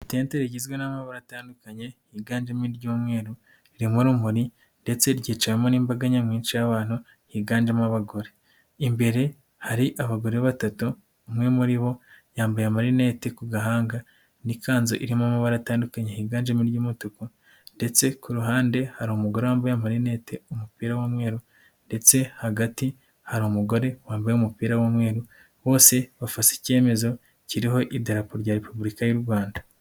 Itente rigizwe n'amabara atandukanye, higanjemo iry'umweru ririmo urumuri ndetse ryicawemo n'imbaga nyamwinshi y'abantu higanjemo abagore. Imbere hari abagore batatu: umwe muri bo yambaye amarinete ku gahanga n'ikanzu irimo amabara atandukanye, higanjemo iry'umutuku ndetse ku ruhande hari umugore wambaye amarinete, umupira w'umweru ndetse hagati hari umugore wambaye umupira w'umweru. Bose bafase icyemezo kiriho idarapo rya Repubulika y'u Rwanda.